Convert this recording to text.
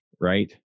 right